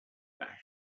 back